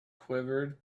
quivered